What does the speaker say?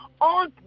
on